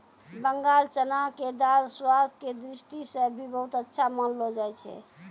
बंगाल चना के दाल स्वाद के दृष्टि सॅ भी बहुत अच्छा मानलो जाय छै